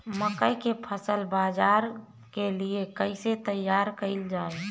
मकई के फसल बाजार के लिए कइसे तैयार कईले जाए?